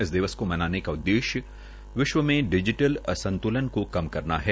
इस दिवस को मनाने का उददेश्य विश्व में डिजीटल असंतुलन को कम करवा है